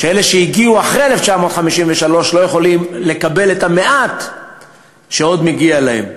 שאלה שהגיעו אחרי 1953 לא יכולים לקבל את המעט שעוד מגיע להם.